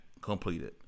completed